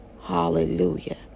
Hallelujah